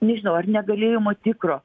nežinau ar negalėjimo tikro